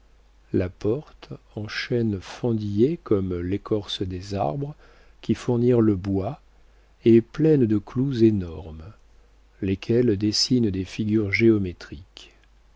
la porte en chêne fendillé comme l'écorce des arbres qui fournirent le bois est pleine de clous énormes lesquels dessinent des figures géométriques